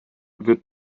wird